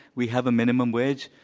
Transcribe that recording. we have a minimum wage.